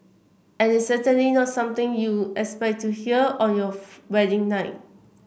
and it's certainly not something you expect to hear on your wedding night